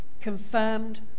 confirmed